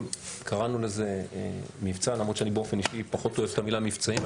קראנו לזה מבצע למרות שאני באופן אישי פחות אוהב את המילה מבצעים.